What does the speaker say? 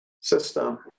system